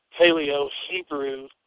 Paleo-Hebrew